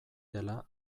dela